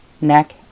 neck